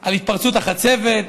על התפרצות החצבת,